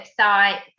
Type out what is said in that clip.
website